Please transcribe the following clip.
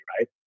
right